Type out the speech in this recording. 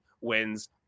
wins